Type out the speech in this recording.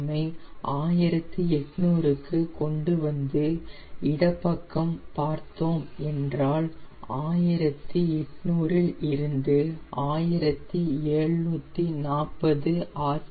M ஐ 1800 க்கு கொண்டு வந்து இடப் பக்கம் பார்த்தோம் என்றால் 1800 இல் இருந்து 1740 ஆர்